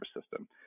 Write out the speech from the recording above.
system